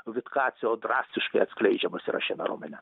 vitkacio drastiškai atskleidžiamas yra šiame romane